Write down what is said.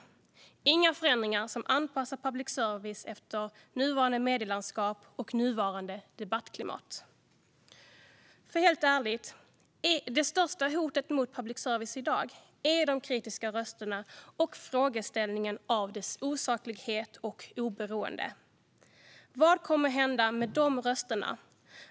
Det är inga förändringar som anpassar public service efter nuvarande medielandskap och nuvarande debattklimat. För, helt ärligt: Det största hotet mot public service i dag är de kritiska rösterna och ifrågasättandet av dess osaklighet och oberoende. Vad kommer att hända med de rösterna?